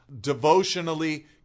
devotionally